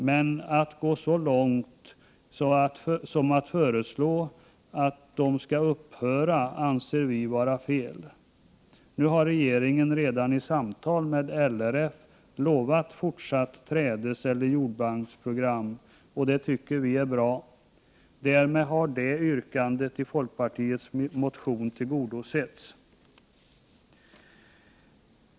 Men att gå så långt att man föreslår att dessa program skall upphöra anser vi vara fel. Nu har regeringen redan i samtal med LRF lovat fortsatta trädeseller jordbanksprogram. Det tycker vi är bra. Därmed har yrkandet i folkpartiets motion tillgodosetts.